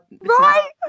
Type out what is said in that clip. right